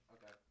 Okay